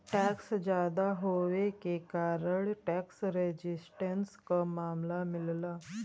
tax जादा होये के कारण टैक्स रेजिस्टेंस क मामला मिलला